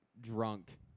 drunk